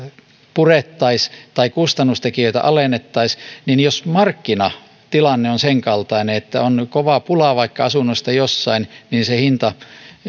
purettaisiin tai kustannustekijöitä alennettaisiin niin jos markkinatilanne on sen kaltainen että on kova pula vaikka asunnoista jossain niin se hinta